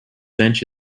bench